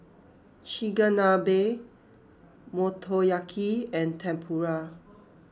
Chigenabe Motoyaki and Tempura